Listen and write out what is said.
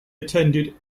attended